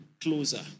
closer